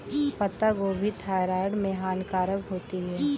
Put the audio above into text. पत्ता गोभी थायराइड में हानिकारक होती है